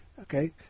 Okay